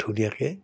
ধুনীয়াকৈ